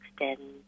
extend